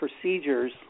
procedures